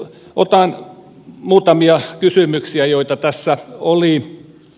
otan muutamia kysymyksiä joita tässä oli